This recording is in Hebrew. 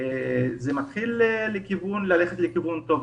זה מתחיל ללכת לכיוון טוב.